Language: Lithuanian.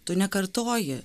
tu nekartoji